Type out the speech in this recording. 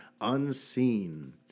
unseen